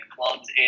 clubs